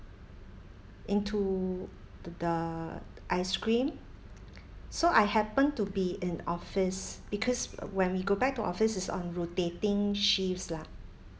into t~ the ice cream so I happen to be in office because when we go back to office is on rotating shifts lah